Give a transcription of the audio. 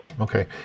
Okay